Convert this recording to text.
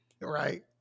Right